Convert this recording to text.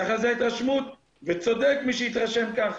ככה היא ההתרשמות וצודק מי שהתרשם כך.